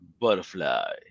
butterfly